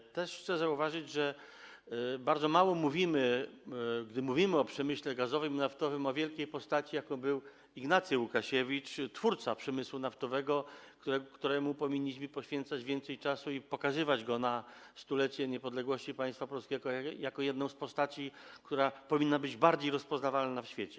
I też chcę zauważyć, że bardzo mało mówimy, gdy rozmawiamy o przemyśle gazowym i naftowym, o wielkiej postaci, jaką był Ignacy Łukasiewicz, twórca przemysłu naftowego, któremu powinniśmy poświęcać więcej czasu i którego powinniśmy pokazywać na stulecie niepodległości państwa polskiego jako jedną z postaci, która powinna być bardziej rozpoznawalna w świecie.